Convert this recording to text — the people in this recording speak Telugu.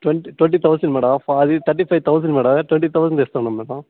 ట్వంటీ ట్వంటీ థౌసండ్ మేడమ్ ఒక అది thirty two thousand madam twenty థౌసండ్కి ఇస్తాం మేడమ్ మీకు